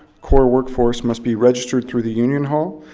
core workforce must be registered through the union hall.